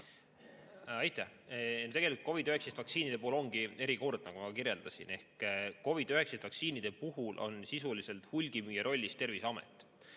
Aitäh! Tegelikult COVID‑19 vaktsiinide puhul ongi erikord, nagu ma kirjeldasin. Ehk COVID‑19 vaktsiinide puhul on sisuliselt hulgimüüja rollis Terviseamet.